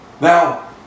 Now